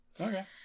Okay